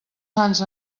sants